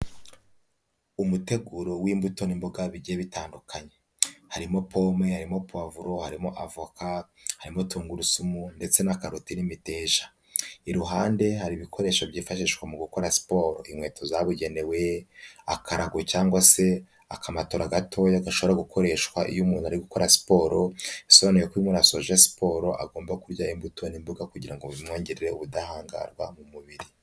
Umuteguro w'imbuto n'imboga bigiye bitandukanye. Harimo pome, harimo puwavuro, harimo avoka, harimo tungurusumu ndetse na karoti n'imiteja. Iruhande hari ibikoresho byifashishwa mu gukora siporo inkweto zabugenewe, akarago cyangwa se akamatola gatoya gashobora gukoreshwa iyo umuntu ari gukora siporo, bisobanuye ko iyo umuntu asoje siporo agomba kurya imbuto n'imboga kugira ngo bimwongerere ubudahangarwa mu mubiri.